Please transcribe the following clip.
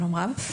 שלום רב.